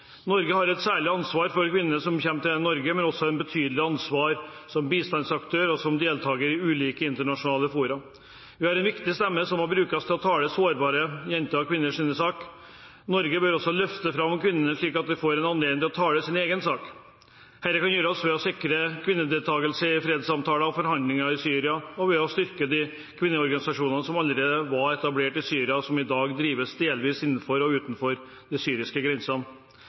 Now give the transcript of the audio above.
Norge har et særlig ansvar for kvinnene som kommer til Norge, men har også et betydelig ansvar som bistandsaktør og som deltaker i ulike internasjonale fora. Vi har en viktig stemme som må brukes til å tale sårbare jenters og kvinners sak. Norge bør også løfte fram kvinnene slik at de får anledning til å tale sin egen sak. Dette kan gjøres ved å sikre kvinnedeltakelse i fredssamtaler og forhandlinger i Syria og ved å styrke de kvinneorganisasjonene som allerede var etablert i Syria, og som i dag driver delvis innenfor og utenfor de syriske grensene.